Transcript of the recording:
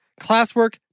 classwork